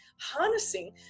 harnessing